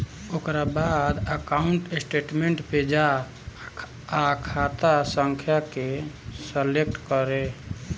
ओकरा बाद account statement पे जा आ खाता संख्या के सलेक्ट करे